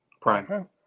prime